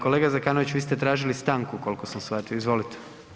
Kolega Zekanović, vi ste tražili stanku koliko sam shvatio, izvolite.